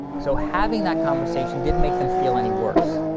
so having that conversation didn't make them feel any worse.